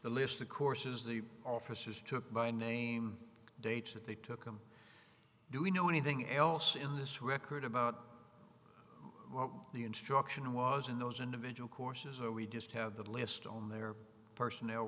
the list of courses the officers took by name dates that they took him do we know anything else in this record about well the instruction was in those individual courses and we just have a list on their personnel